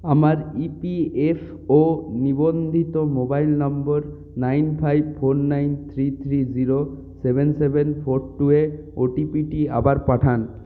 আমার ইপিএফও নিবন্ধিত মোবাইল নম্বর nine five four nine three three zero seven seven four two এ ওটিপিটি আবার পাঠান